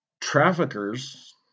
traffickers